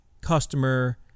customer